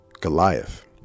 Goliath